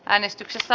äänestyksestä